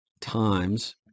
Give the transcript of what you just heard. times